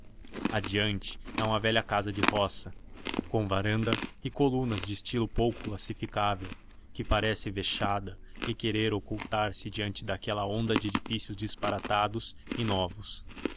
adiante é uma velha casa de roça com varanda e colunas de estilo pouco classificável que parece vexada a querer ocultar se diante daquela onda de edifícios disparatados e novos